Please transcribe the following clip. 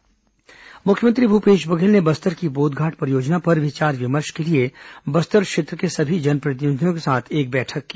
बोधघाट परियोजना मुख्यमंत्री भूपेश बघेल ने बस्तर की बोघघाट परियोजना पर विचार विमर्श के लिए बस्तर क्षेत्र के सभी जनप्रतिनिधियों के साथ एक बैठक की